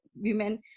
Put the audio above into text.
women